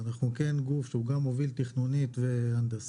אנחנו כן גוף שהוא גם מוביל תכנונית והנדסית.